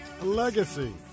Legacy